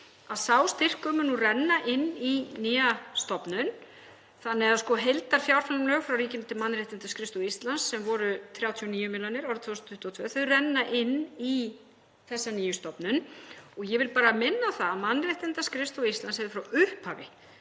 að sá styrkur mun nú renna inn í nýja stofnun þannig að heildarfjárframlög frá ríkinu til Mannréttindaskrifstofu Íslands, sem voru 39 millj. árið 2022, renna inn í þessa nýju stofnun. Og ég vil bara minna á það að Mannréttindaskrifstofa Íslands hefur frá upphafi